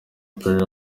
perry